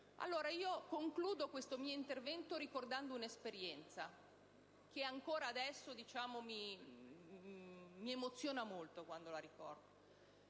terminati. Concludo questo mio intervento richiamando un'esperienza che ancora adesso mi emoziona molto quando la ricordo.